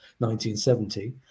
1970